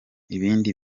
ibindi